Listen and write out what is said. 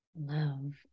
Love